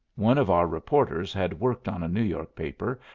one of our reporters had worked on a new york paper,